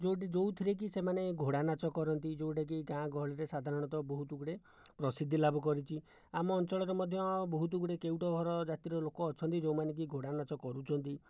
ଯେଉଁଠି ଯେଉଁଥିରେକି ସେମାନେ ଘୋଡ଼ା ନାଚ କରନ୍ତି ଯେଉଁଟାକି ଗାଁ ଗହଳିରେ ସାଧାରଣତଃ ବହୁତଗୁଡ଼ିଏ ପ୍ରସିଦ୍ଧି ଲାଭ କରିଛି ଆମ ଅଞ୍ଚଳରେ ମଧ୍ୟ ବହୁତଗୁଡ଼ିଏ କେଉଟ ଘର ଜାତିର ଲୋକ ଅଛନ୍ତି ଯେଉଁମାନେକି ଘୋଡ଼ା ନାଚ କରୁଛନ୍ତି